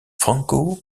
franco